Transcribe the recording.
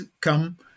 come